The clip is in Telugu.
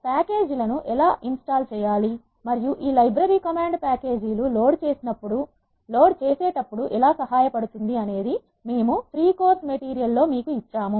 ప్యాకేజీలను ఎలా ఇన్ స్టాల్ చేయాలి మరియు ఈ లైబ్రరీ కమాండ్ ప్ప్యాకేజీలు లోడ్ చేసేటప్పుడు ఎలా సహాయపడుతుంది అనేది ఫ్రీ కోర్స్ మెటీరియల్ లో మేము మీకు ఇచ్చాము